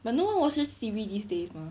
but no one watches T_V these days mah